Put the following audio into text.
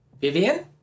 Vivian